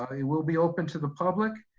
it will be open to the public,